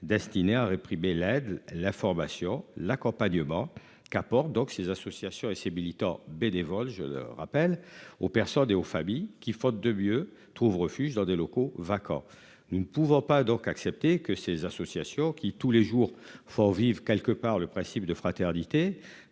destiné à réprimer l'aide la formation l'accompagnement qu'apporte donc ces associations et ses militants bénévoles, je le rappelle aux personnes et aux familles qui, faute de mieux, trouve refuge dans des locaux vacants. Nous ne pouvons pas donc accepter que ces associations qui tous les jours faut vivre quelque part le principe de fraternité